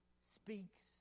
speaks